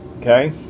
Okay